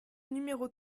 numéro